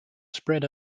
spread